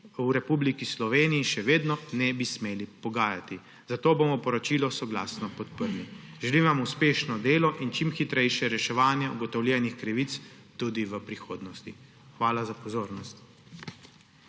v Republiki Sloveniji še vedno ne bi smeli pogajati, zato bomo poročilo soglasno podprli. Želim vam uspešno delo in čim hitrejše reševanje ugotovljenih krivic tudi v prihodnosti. Hvala za pozornost.